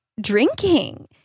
drinking